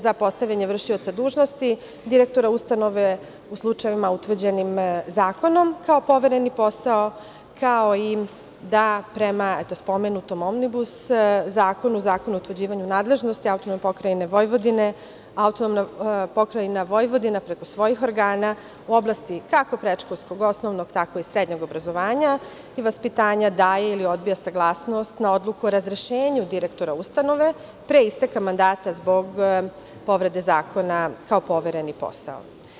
Za postavljanje vršioca dužnosti direktora ustanove u slučajevima utvrđenim zakonom kao povereni posao, kao i da prema spomenutom omnibus zakonu, Zakonu o utvrđivanju nadležnosti AP Vojvodine, AP Vojvodina preko svojih organa u oblasti kako predškolskog, osnovnog, tako i srednjeg obrazovanja i vaspitanja daje ili odbija saglasnost na odluku o razrešenju direktora ustanove, pre isteka mandata zbog povrede zakona, kao povereni posao.